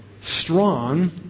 strong